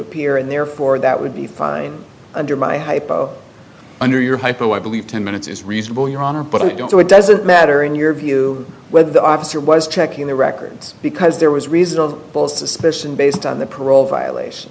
appear and therefore that would be fine under my hypo under your hypo i believe ten minutes is reasonable your honor but i don't so it doesn't matter in your view whether the officer was checking the records because there was reason of both suspicion based on the parole violation